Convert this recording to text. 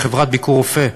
בחברת "ביקורופא",